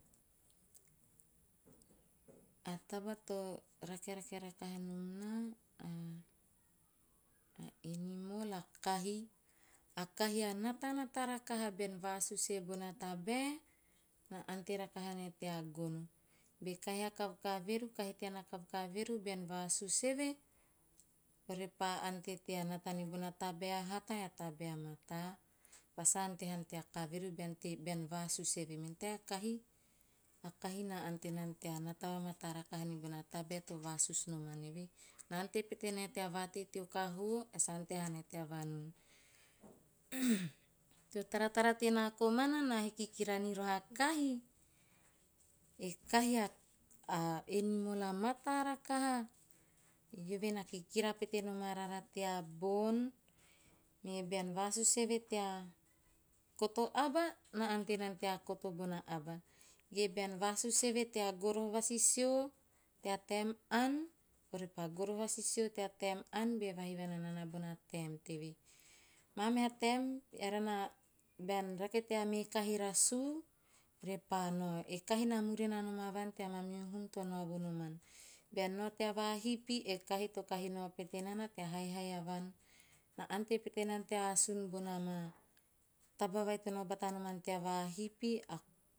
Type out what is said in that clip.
A taba to rakerake rakaha nom naa a animal a kahi. A kahi a natanata rakaha bean vasusu e bona tabae, na ante rakaha nae tea gono. Be kahi a kavekaveru, be kahi tean a kavekaveru bean vasusu eve, ore pa ante tea a nata ni bona tabae a hata ae a tabae a mataa repa sa ante haa tea kaveru bean tei, bean vasusu eve mene tae kahi, a kahi na ante nana tea nata va mataa ni bona tabae to vasus noman eve, na ante pete nae tea vatei teo kahoo, me sa ante haa nae tea vanun. teo taratara tenaa komana, naa he kikira niroho a kahi, e tenaa komana, ena he kikira niroho a kahi, e kahi a "animal" a mata rakaha. Eove na kikira pete nom nom araara tea bon, me bean vasusu eve tea toto aba, na ante nana tea koto bona aba. Ge bean vasusu eve tea goroho vasisio, tea taem ann, be vaihuana nana bona taem teve. Maa meha taem eara na, bean rake nom tea mee ekahi rasuu, repa nao. E kahi na murina nom avuan tea vahipi, e kahi to kahi nao pete nana tea haihai avuan. Na ante pete nana tea asun bona maa taba vai to nao noman tea vahipi,